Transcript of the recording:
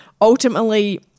ultimately